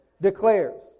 declares